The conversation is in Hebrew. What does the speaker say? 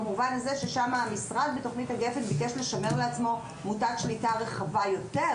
במובן הזה שהמשרד בתכנית הגפ"ן ביקש לשמר לעצמו מוטת שליטה רחבה יותר,